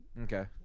Okay